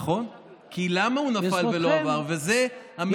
נכון, כי למה הוא נפל ולא עבר, בזכותכם.